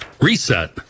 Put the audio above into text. Reset